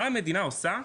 מה המדינה עושה,